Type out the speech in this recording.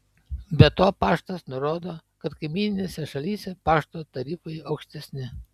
be to paštas nurodo kad kaimyninėse šalyse pašto tarifai aukštesni